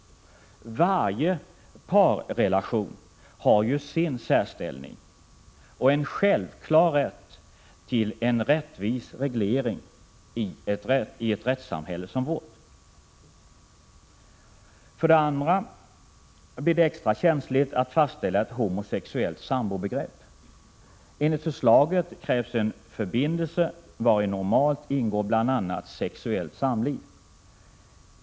Varje parrelation har ju sin särställning och en självklar rätt till en rättvis rättslig reglering i ett rättssamhälle som vårt. För det andra blir det extra känsligt att fastställa ett homosexuellt sambobegrepp. Enligt förslaget krävs en förbindelse, vari normalt ingår bl.a. sexuellt samliv.